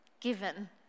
given